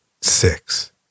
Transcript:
six